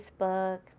Facebook